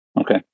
Okay